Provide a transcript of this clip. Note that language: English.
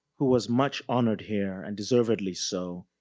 who was much honored here and deservedly so,